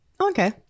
Okay